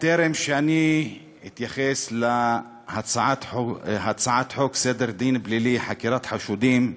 בטרם אתייחס להצעת חוק סדר הדין הפלילי (חקירת חשודים),